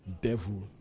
devil